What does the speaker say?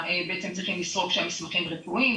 הם בעצם צריכים לסרוק שם מסמכים רפואיים,